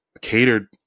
catered